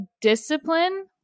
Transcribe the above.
discipline